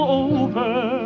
over